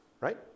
Right